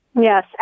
Yes